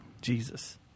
Jesus